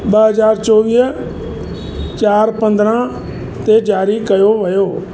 ॿ हज़ार चोवीह चारि पंद्रहं ते ज़ारी कयो वियो